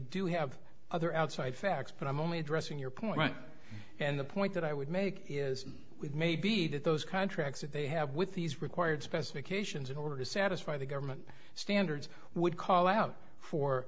do have other outside facts but i'm only addressing your point and the point that i would make is maybe that those contracts that they have with these required specifications in order to satisfy the government standards would call out for